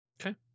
Okay